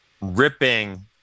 ripping